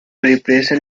preparation